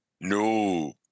No